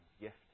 gift